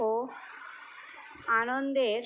ও আনন্দের